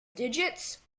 digits